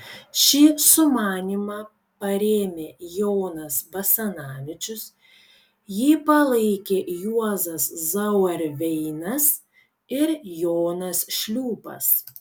šį sumanymą parėmė jonas basanavičius jį palaikė juozas zauerveinas ir jonas šliūpas